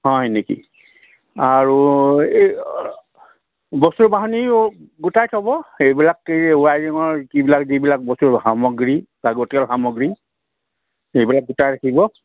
হয় নেকি আৰু এই বস্তু বাহানি গোটাই থ'ব এইবিলাক এই ৱাইৰিঙৰ কিবিলাক যিবিলাক বস্তুৰ সামগ্ৰী লাগতীয়াল সামগ্ৰী সেইবিলাক গোটাই ৰাখিব